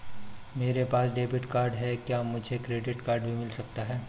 मेरे पास debit card है क्या मुझे क्रेडिट कार्ड भी मिल सकता है?